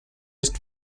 ist